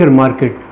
market